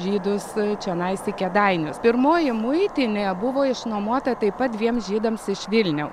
žydus čionais į kėdainius pirmoji muitinė buvo išnuomota taip pat dviem žydams iš vilniaus